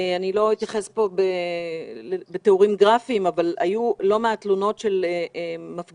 לא אתייחס פה בתיאורים גרפיים אבל היו לא מעט תלונות של מפגינות